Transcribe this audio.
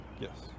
Yes